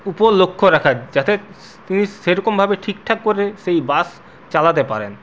উপর লক্ষ্য রাখা যাতে তিনি সেরকমভাবে ঠিকঠাক করে সেই বাস চালাতে পারেন